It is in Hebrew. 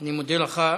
אני מודה לך.